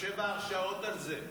יש לו שבע הרשעות על זה.